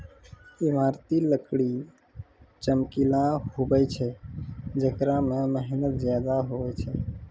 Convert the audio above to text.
ईमारती लकड़ी चमकिला हुवै छै जेकरा मे मेहनत ज्यादा हुवै छै